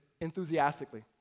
enthusiastically